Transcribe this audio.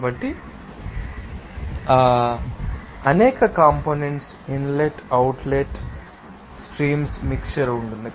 కాబట్టి ఆ అనేక components inlet outlet streams mixture ఉంటుంది